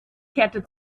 kehrte